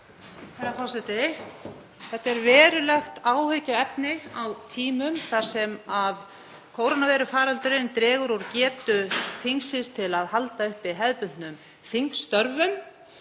Þetta er verulegt áhyggjuefni á tímum þar sem kórónuveirufaraldurinn dregur úr getu þingsins til að halda uppi hefðbundnum þingstörfum.